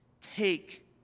Take